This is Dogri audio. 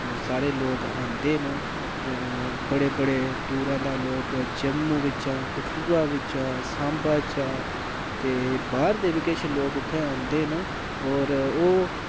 सारे लोक आंदे न बड़े बड़े दूरा दा लोक जम्मू बिच्चा कठुआ बिच्चा साम्बा चा ते बाह्र दे बी किश लोक उत्थें आंदे न होर ओह्